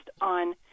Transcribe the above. on